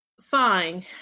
Fine